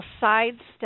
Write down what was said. sidestep